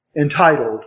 entitled